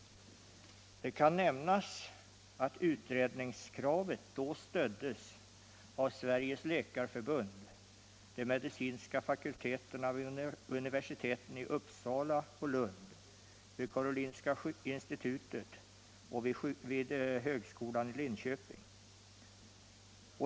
Det kan nämnas att utredningskravet då stöddes av Sveriges läkarförbund, de medicinska fakulteterna vid universiteten i Uppsala och Lund, vid Karolinska institutet och vid högskolan i Linköping.